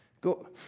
Go